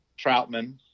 troutman